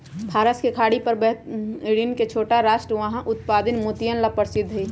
फारस के खाड़ी पर बहरीन के छोटा राष्ट्र वहां उत्पादित मोतियन ला प्रसिद्ध हई